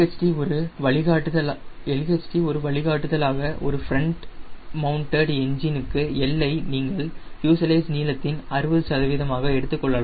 LHT ஒரு வழிகாட்டுதலாக ஒரு ஃபிரண்ட் மௌண்ட்டடு என்ஜின் க்கு L ஐ நீங்கள் ஃப்யூஸலேஜ் நீளத்தின் 60 சதவீதமாக எடுத்துக்கொள்ளலாம்